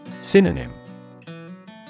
Synonym